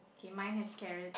K mine has carrots